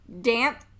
damp